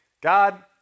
God